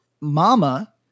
Mama